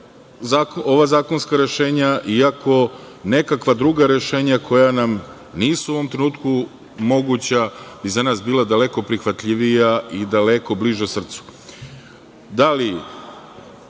ova zakonska rešenja, iako, neka druga rešenja koja nam nisu u ovom trenutku moguća bi za nas bila daleko prihvatljiva i daleko bliža srcu. Da